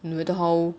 no matter how